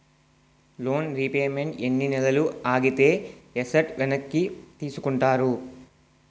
Loan repayment ఎన్ని నెలలు ఆగితే ఎసట్ వెనక్కి తీసుకుంటారు?